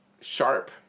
sharp